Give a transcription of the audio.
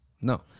no